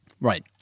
Right